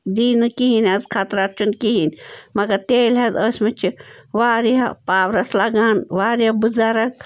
دی نہٕ کِہیٖنۍ آز خطرات چھُنہٕ کِہیٖنۍ مگر تیٚلہِ حظ ٲسۍمٕتۍ چھِ واریاہ پاورَس لَگان واریاہ بُزرٕگ